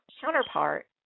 counterpart